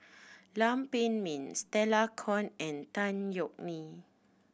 Lam Pin Min Stella Kon and Tan Yeok Nee